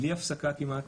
בלי הפסקה כמעט,